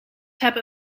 hebben